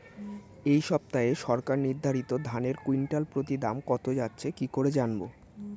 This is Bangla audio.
এই সপ্তাহে সরকার নির্ধারিত ধানের কুইন্টাল প্রতি দাম কত যাচ্ছে কি করে জানবো?